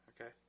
okay